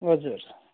हजुर